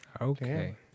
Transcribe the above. Okay